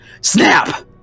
Snap